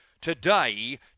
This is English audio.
Today